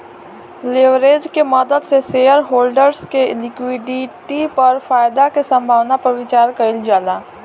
leverage के मदद से शेयरहोल्डर्स के इक्विटी पर फायदा के संभावना पर विचार कइल जाला